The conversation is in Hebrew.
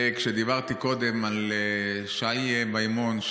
כשדיברתי קודם על שי מימון,